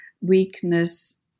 weakness